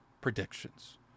predictions